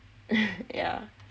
yah